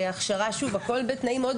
הכול בתנאים מאוד